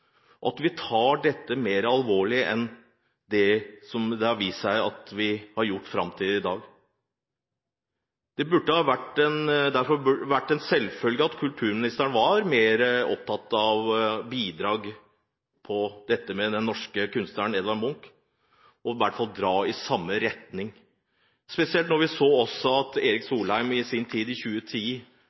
at vi tar dette mer alvorlig enn det har vist seg at vi har gjort fram til i dag. Det burde derfor ha vært en selvfølge at kulturministeren var mer opptatt av bidrag når det gjelder den norske kunstneren Edvard Munch, og i hvert fall vært med på å dra i samme retning. Spesielt siden vi så at også Erik Solheim i sin tid, i 2010,